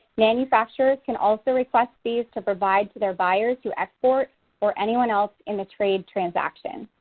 manufacturers can also request these to provide to their buyers who export or anyone else in the trade transaction.